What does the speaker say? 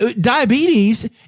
diabetes